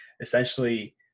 essentially